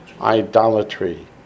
Idolatry